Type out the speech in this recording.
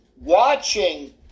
watching